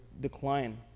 decline